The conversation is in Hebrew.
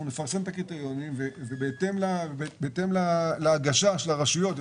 אנחנו נפרסם את הקריטריונים ובהתאם להגשה של הרשויות,